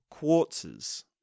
quartzes